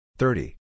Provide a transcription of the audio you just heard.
thirty